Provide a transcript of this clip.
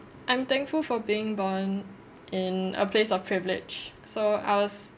I'm thankful for being born in a place of privilege so I was